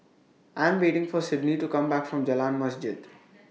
I Am waiting For Sydnee to Come Back from Jalan Masjid